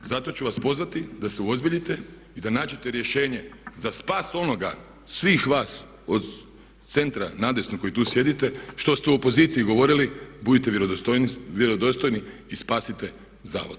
Zato ću vas pozvati da se uozbiljite i da nađete rješenje za spas onoga, svih vas od centra na desno koji tu sjedite što ste u opoziciji govorili budite vjerodostojni i spasite zavod.